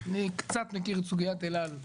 אני קצת מכיר את סוגיית אל על,